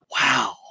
Wow